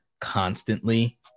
constantly